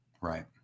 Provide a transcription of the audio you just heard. right